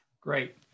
Great